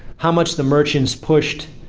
how much the merchants pushed.